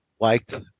liked